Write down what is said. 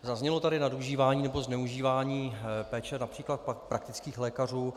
Zaznělo tady nadužívání nebo zneužívání péče například praktických lékařů.